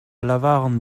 lavaran